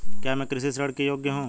क्या मैं कृषि ऋण के योग्य हूँ?